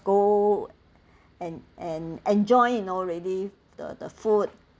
go and and enjoy you know really the the food